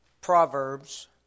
Proverbs